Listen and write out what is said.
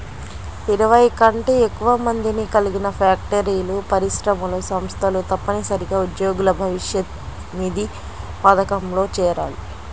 ఇరవై కంటే ఎక్కువ మందిని కలిగిన ఫ్యాక్టరీలు, పరిశ్రమలు, సంస్థలు తప్పనిసరిగా ఉద్యోగుల భవిష్యనిధి పథకంలో చేరాలి